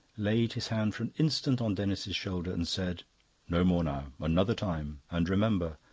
laid his hand for an instant on denis's shoulder, and said no more now. another time. and remember,